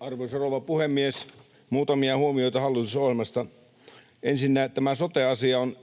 Arvoisa rouva puhemies! Muutamia huomioita hallitusohjelmasta: Ensinnä tämä sote-asia on